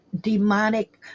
demonic